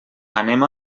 anem